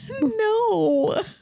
No